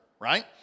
right